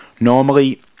normally